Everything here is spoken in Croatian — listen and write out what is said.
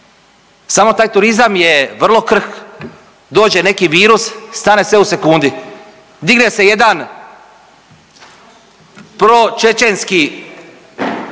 Samo taj turizam je vrlo krhk. Dođe neki virus, stane sve u sekundi. Digne se jedan pročečenski